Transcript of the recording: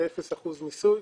זה אפס אחוז מיסוי,